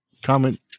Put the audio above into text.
comment